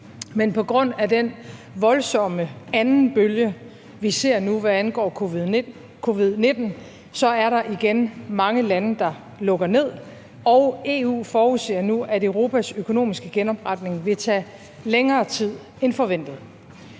Men på grund af den voldsomme anden bølge, vi ser nu, hvad angår covid-19, er der igen mange lande, der lukker ned, og EU forudsiger nu, at Europas økonomiske genopretning vil tage længere tid end forventet.